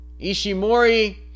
Ishimori